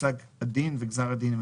פסק הדין וגזר הדין,